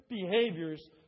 behaviors